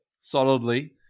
solidly